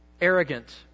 Arrogant